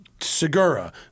Segura